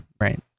right